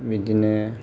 बिदिनो